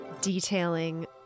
Detailing